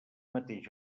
mateix